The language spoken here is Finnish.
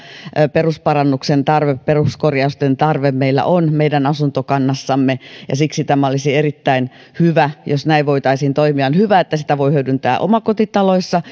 perusparannuksen tarve peruskorjausten tarve meillä on meidän asuntokannassamme siksi olisi erittäin hyvä jos näin voitaisiin toimia on hyvä että sitä voi hyödyntää omakotitaloissa